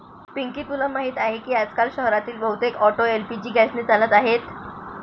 पिंकी तुला माहीत आहे की आजकाल शहरातील बहुतेक ऑटो एल.पी.जी गॅसने चालत आहेत